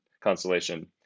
constellation